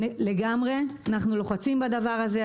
אנחנו לוחצים בדבר הזה.